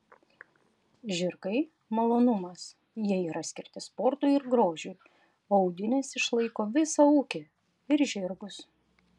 žirgai malonumas jie yra skirti sportui ir grožiui o audinės išlaiko visą ūkį ir žirgus